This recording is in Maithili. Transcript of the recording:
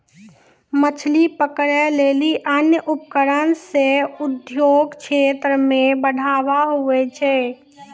मछली पकड़ै लेली अन्य उपकरण से उद्योग क्षेत्र मे बढ़ावा हुवै छै